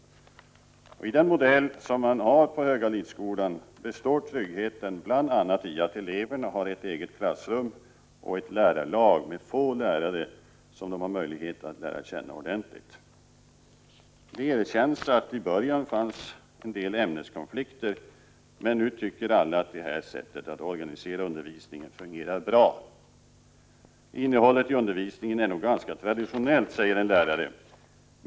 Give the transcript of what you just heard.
I den modell som man har på Högalidsskolan består tryggheten bl.a. i att eleverna har ett eget klassrum och ett lärarlag med få lärare som de har möjlighet att lära känna ordentligt. Det erkänns att det i början fanns en del ämneskonflikter, men nu tycker alla att det här sättet att organisera undervisningen fungerar bra. Innehållet i undervisningen är nog ganska traditionellt, säger en lärare.